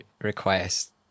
request